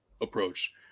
approach